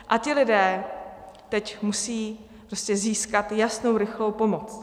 A ti lidé teď musí prostě získat jasnou, rychlou pomoc.